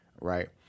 right